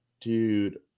Dude